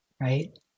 Right